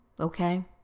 Okay